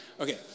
Okay